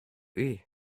oui